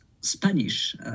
Spanish